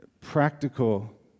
practical